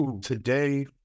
Today